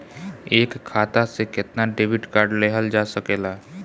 एक खाता से केतना डेबिट कार्ड लेहल जा सकेला?